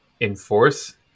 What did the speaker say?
enforce